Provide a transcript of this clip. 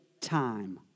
time